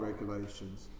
regulations